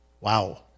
Wow